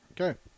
Okay